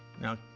Now